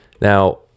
Now